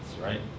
right